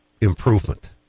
improvement